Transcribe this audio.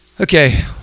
Okay